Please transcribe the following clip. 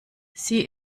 sie